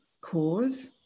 cause